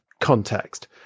context